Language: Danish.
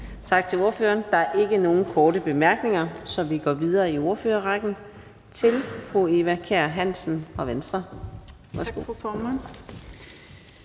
Tak til ordføreren. Der er ikke nogen korte bemærkninger, så vi går videre i ordførerrækken til hr. Mike Villa Fonseca fra Moderaterne.